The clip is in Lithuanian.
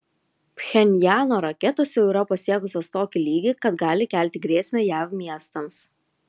pchenjano raketos jau yra pasiekusios tokį lygį kad gali kelti grėsmę jav miestams